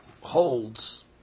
holds